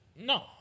No